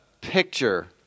picture